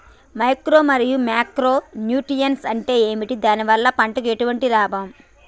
Macro మరియు micro nutrients అంటే ఏమిటి? దీనివల్ల పంటకు ఎటువంటి లాభం?